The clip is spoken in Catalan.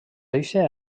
eixe